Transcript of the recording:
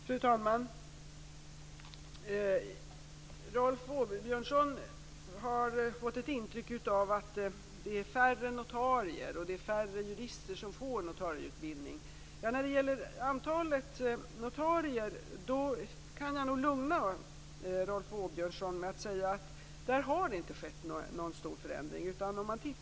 Fru talman! Rolf Åbjörnsson har fått ett intryck av att det är färre notarier och färre jurister som får notarieutbildning. När det gäller antalet notarier kan jag lugna honom med att säga att det där inte skett någon stor förändring.